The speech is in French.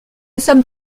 sommes